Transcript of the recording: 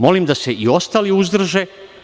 Molim da se i ostali uzdrže.